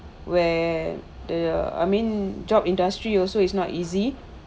where the I mean job industry also is not easy